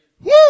Woo